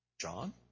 John